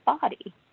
body